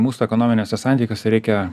mūsų ekonominiuose santykiuose reikia